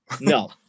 no